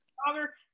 stronger